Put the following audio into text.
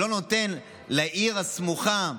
שלא נותן לעיר הסמוכה,